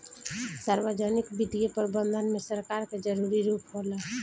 सार्वजनिक वित्तीय प्रबंधन में सरकार के जरूरी रूप होला